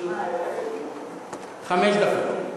חמש דקות.